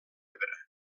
ebre